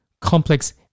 complex